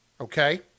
okay